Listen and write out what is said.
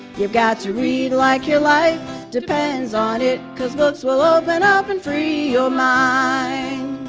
you've got to read like your life depends on it, cause books will open up and free your mind.